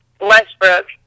Westbrook